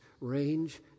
range